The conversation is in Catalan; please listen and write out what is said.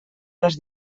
les